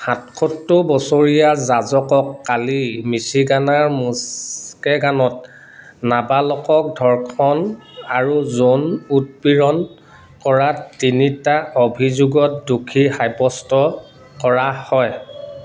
সাতসত্তৰ বছৰীয়া যাজকক কালি মিচিগানৰ মুস্কেগনত নাবালকক ধৰ্ষণ আৰু যৌন উৎপীড়ন কৰাত তিনিটা অভিযোগত দোষী সাব্যস্ত কৰা হয়